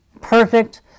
perfect